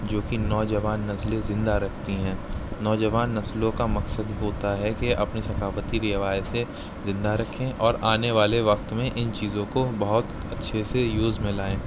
جو کہ نوجوان نسلیں زندہ رکھتی ہیں نوجوان نسلوں کا مقصد ہوتا ہے کہ اپنی ثقافتی روایتیں زندہ رکھیں اور آنے والے وقت میں ان چیزوں کو بہت اچھے سے یوز میں لائیں